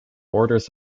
boarders